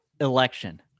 election